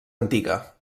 antiga